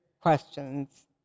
questions